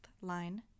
line